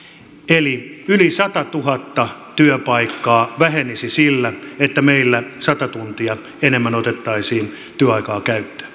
eli yli satatuhatta työpaikkaa vähenisi sillä että meillä sata tuntia enemmän otettaisiin työaikaa käyttöön